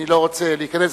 אני לא רוצה להיכנס.